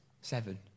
Seven